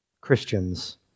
Christians